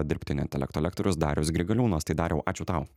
dirbtinio intelekto lektorius darius grigaliūnas tai dariau ačiū tau